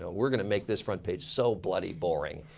ah we're going to make this front page so bloody boring.